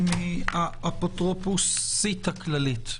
ומהאפוטרופסית הכללית,